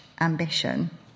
ambition